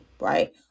right